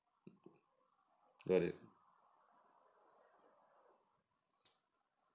got it